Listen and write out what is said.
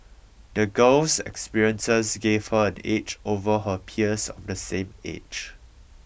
the girl's experiences gave her an edge over her peers of the same age